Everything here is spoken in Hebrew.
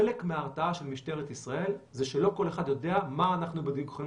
חלק מההרתעה של משטרת ישראל זה שלא כל אחד יודע מה שאנחנו יכולים